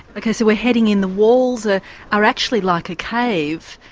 ok, so we're heading in. the walls ah are actually like a cave,